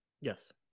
Yes